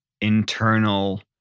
internal